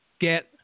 get